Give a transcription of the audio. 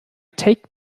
take